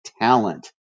talent